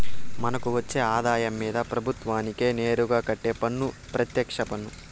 మనకు వచ్చే ఆదాయం మీద ప్రభుత్వానికి నేరుగా కట్టే పన్ను పెత్యక్ష పన్ను